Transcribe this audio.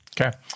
Okay